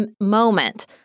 moment